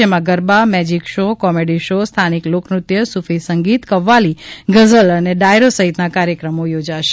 જેમાં garba magic show comedy show સ્થાનિક લોકનૃત્ય સુફી સંગીત કવાલી ગઝલ ડાયરો સહિતના કાર્યક્રમો યોજાશે